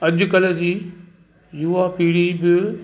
अॼ कल्ह जी युवा पीढ़ी बि